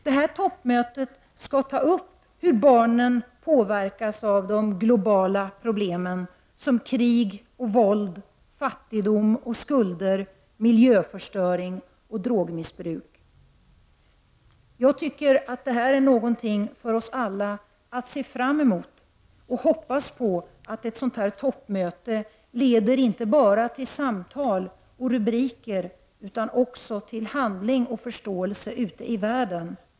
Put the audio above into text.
På detta toppmöte skall man ta upp hur barnen påverkas av de globala problemen som krig, våld, fattigdom, skulder, miljöförstöring och drogmissbruk. Det finns anledning för oss alla att se fram emot detta och hoppas på att toppmötet inte bara leder till samtal och rubriker utan också till handling och förståelse ute i världen.